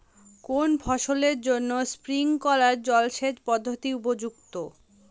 কোন ফসলের জন্য স্প্রিংকলার জলসেচ পদ্ধতি উপযুক্ত?